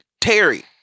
Terry